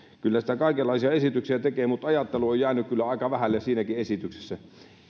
kyllä sitä kaikenlaisia esityksiä tekee mutta ajattelu on jäänyt aika vähälle siinäkin esityksessä